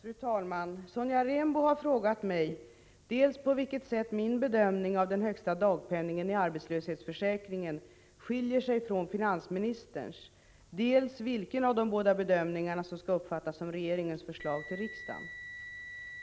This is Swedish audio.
Fru talman! Sonja Rembo har frågat mig dels på vilket sätt min bedömning av den högsta dagpenningen i arbetslöshetsförsäkringen skiljer sig från finansministerns, dels vilken av de båda bedömningarna som skall uppfattas som regeringens förslag till riksdagen.